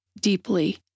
deeply